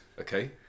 okay